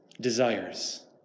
desires